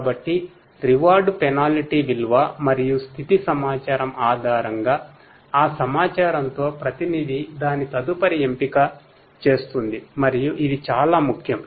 కాబట్టి reward penalty విలువ మరియు స్థితి సమాచారం ఆధారంగా ఆ సమాచారంతో ప్రతినిధి దాని తదుపరి ఎంపిక చేస్తుంది మరియు ఇది చాలా ముఖ్యం